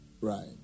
Right